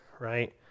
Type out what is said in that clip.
right